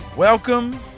Welcome